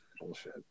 Bullshit